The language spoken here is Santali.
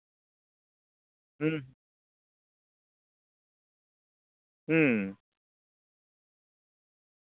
ᱦᱩᱸ ᱦᱩᱸ